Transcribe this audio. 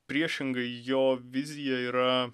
priešingai jo vizija yra